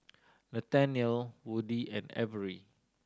Nathaniel Woody and Averi